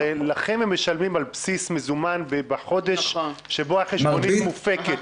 הרי לכם הם משלמים על בסיס מזומן ובחודש שבו החשבונית מופקת.